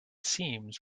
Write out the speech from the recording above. seems